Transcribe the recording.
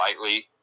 lightly